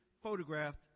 photographed